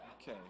okay